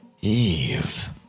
Eve